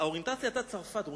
האוריינטציה היתה צרפת.